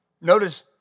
Notice